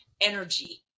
energy